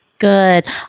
Good